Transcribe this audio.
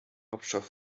hauptstadt